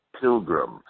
Pilgrim